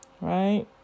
right